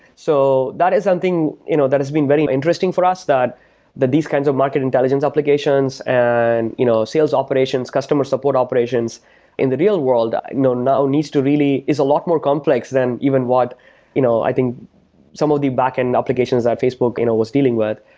so that is something you know that has been very interesting for us that that these kinds of market intelligence applications and you know sales operations, customer support operations in the real-world you know needs to really is a lot more complex than even what you know i think some of the backend applications at facebook you know was dealing with.